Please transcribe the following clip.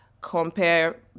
compare